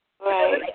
Right